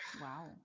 Wow